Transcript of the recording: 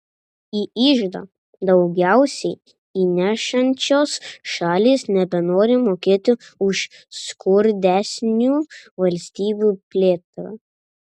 į iždą daugiausiai įnešančios šalys nebenori mokėti už skurdesnių valstybių plėtrą